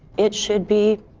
it should be.